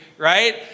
Right